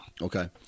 Okay